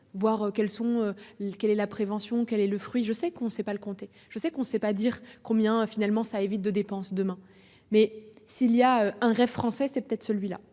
sont. Quelle est la prévention qu'elle est le fruit je sais qu'on sait pas le comté. Je sais qu'on ne sait pas dire combien finalement ça évite de dépenses demain mais s'il y a un rêve français, c'est peut-être celui-là,